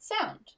sound